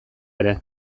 ere